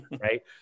Right